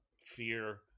Fear